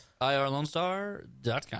IRLoneStar.com